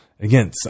Again